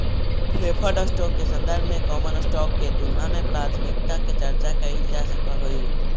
preferred stock के संदर्भ में कॉमन स्टॉक के तुलना में प्राथमिकता के चर्चा कैइल जा सकऽ हई